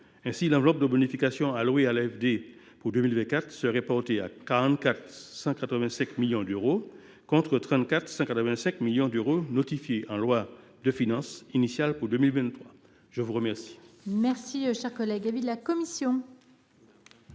Ainsi, l’enveloppe de bonifications allouée à l’AFD pour 2024 serait portée à 44,185 millions d’euros, contre 34,185 millions d’euros notifiés en loi de finances initiale pour 2023. Quel